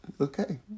Okay